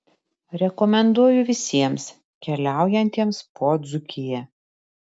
rekomenduoju visiems keliaujantiems po dzūkiją